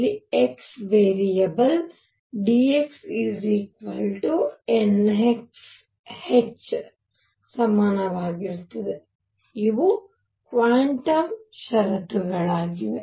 ಇಲ್ಲಿ x variable dx nx h ಸಮಾನವಾಗಿರುತ್ತದೆ ಇವು ಕ್ವಾಂಟಮ್ ಷರತ್ತುಗಳಾಗಿವೆ